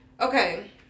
Okay